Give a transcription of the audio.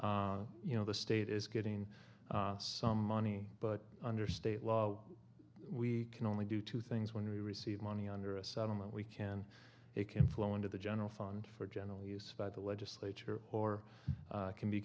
settlement you know the state is getting some money but under state law we can only do two things when we receive money under a settlement we can it can flow into the general fund for general use by the legislature or can be